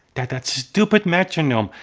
that that stupid metronome,